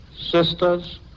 sisters